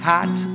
Hot